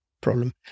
problem